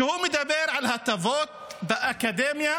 שמדבר על הטבות באקדמיה